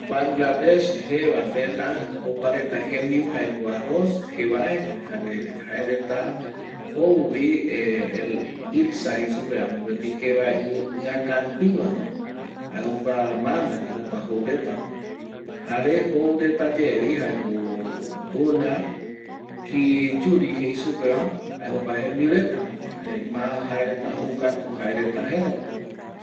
Vanglades je va tëtä jocua reta jeimbiu jae co arroz, jevae jare jouvi ilssa jei va, mbopeti jevae +akä rupi guano jae jocua ma ndaye jou reta jare jou reta reta ye vi jaeco kuna ichuri jei supe va jae jocua jembiu reta jaema jae reta ma joucatu jae reta jëtä pe